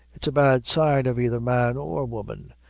it's a bad sign of either man or woman.